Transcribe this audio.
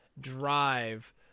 drive